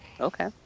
Okay